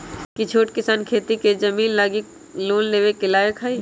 कि छोट किसान खेती के जमीन लागी लोन लेवे के लायक हई?